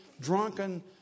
drunken